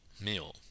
meal